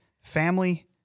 family